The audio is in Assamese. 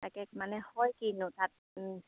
তাকে মানে হয় কিনো তাত